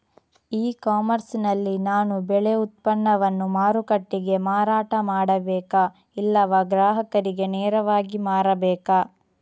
E commerce ನಲ್ಲಿ ನಾನು ಬೆಳೆ ಉತ್ಪನ್ನವನ್ನು ಮಾರುಕಟ್ಟೆಗೆ ಮಾರಾಟ ಮಾಡಬೇಕಾ ಇಲ್ಲವಾ ಗ್ರಾಹಕರಿಗೆ ನೇರವಾಗಿ ಮಾರಬೇಕಾ?